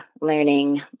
learning